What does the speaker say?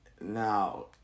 Now